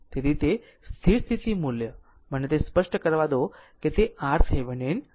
તેથી સ્થિર સ્થિતિ મૂલ્ય મને તે સ્પષ્ટ કરવા દો કે તે RThevenin મળે છે